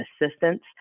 assistance